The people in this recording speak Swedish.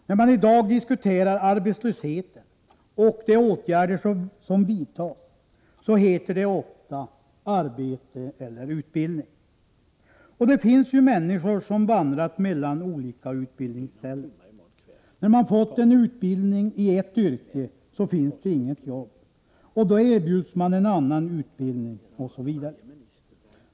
När man i dag diskuterar arbetslösheten och de åtgärder som vidtas talas det ofta om arbete eller utbildning. Det finns ju människor som vandrat mellan olika utbildningsställen. När man har fått en utbildning i ett yrke finns det inget arbete, och då erbjuds man en annan utbildning, osv.